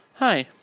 Hi